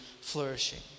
flourishing